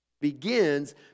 begins